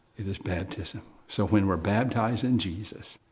it is baptism. so when we're baptized in jesus,